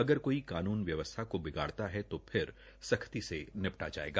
अगर कोई कानून व्यवस्था को बिगाड़ता है तो फिर सख्ती से निपटा जायेगा